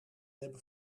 hebben